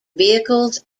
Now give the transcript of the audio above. vehicles